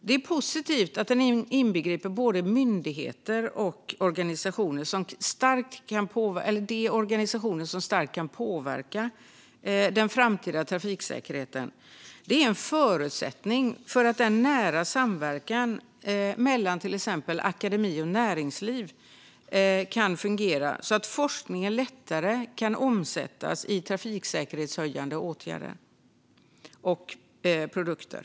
Det är positivt att de inbegriper både myndigheter och de organisationer som starkt kan påverka den framtida trafiksäkerheten. Det är en förutsättning för nära samverkan mellan exempelvis akademi och näringsliv så att forskningen lättare kan omsättas i trafiksäkerhetshöjande åtgärder och produkter.